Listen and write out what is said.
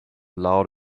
loud